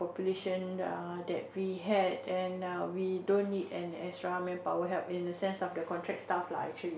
population uh that we had and err we don't an extra manpower help in the sense of the contract staff lah actually